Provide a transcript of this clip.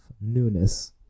newness